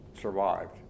survived